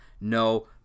No